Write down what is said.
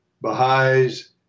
Baha'is